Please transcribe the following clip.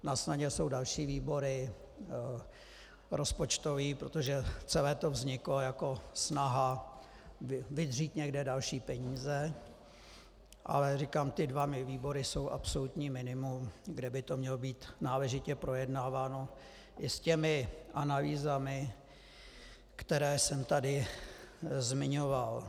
Nasnadě jsou další výbory, rozpočtový, protože celé to vzniklo jako snaha vydřít někdo další peníze, ale ty dva výbory jsou absolutní minimum, kde by to mělo být náležitě projednáváno i s těmi analýzami, které jsem tady zmiňoval.